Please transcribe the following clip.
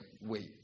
wait